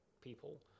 people